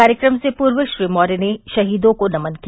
कार्यक्रम से पूर्व श्री मोर्य ने शहीदों को नमन किया